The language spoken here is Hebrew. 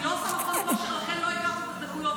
אני לא עושה מכון כושר, ולכן לא הכרתי את הדקויות.